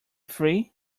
free